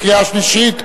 קריאה שלישית.